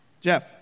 Jeff